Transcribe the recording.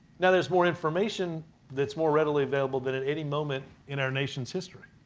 now, there's more information that is more readily available than at any moment in our nation's history.